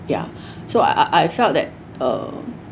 ya so I I felt that uh